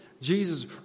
Jesus